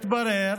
מתברר